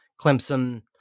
Clemson